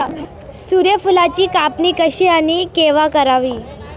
सूर्यफुलाची कापणी कशी आणि केव्हा करावी?